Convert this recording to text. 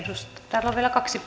täällä on vielä kaksi